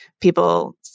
people